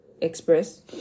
express